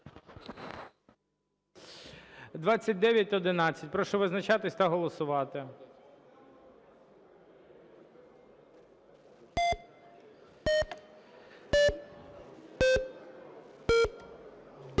2908. Прошу визначатися та голосувати.